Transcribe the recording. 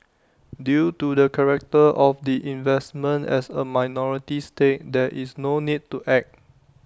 due to the character of the investment as A minority stake there is no need to act